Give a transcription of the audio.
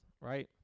Right